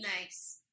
nice